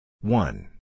one